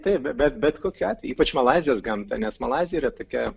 taip bet bet kokiu atveju ypač malaizijos gamtą nes malaizija yra tokia